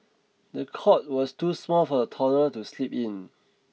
the cot was too small for the toddler to sleep in